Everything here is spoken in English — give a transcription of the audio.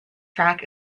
track